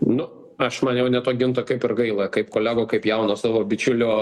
nu aš man jau net to ginto kaip ir gaila kaip kolego kaip jauno savo bičiulio